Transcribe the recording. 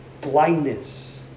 blindness